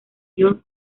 york